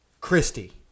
Christy